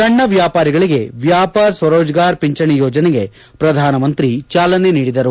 ಸಣ್ಣ ವ್ಯಾಪಾರಿಗಳಿಗೆ ವ್ಯಾಪಾರ್ ಸ್ವರೋಜ್ಗಾರ್ ಪಿಂಚಣಿ ಯೋಜನೆಗೆ ಪ್ರಧಾನಮಂತ್ರಿ ಜಾಲನೆ ನೀಡಿದರು